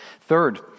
Third